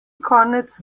konec